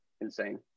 insane